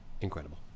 Incredible